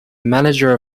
manager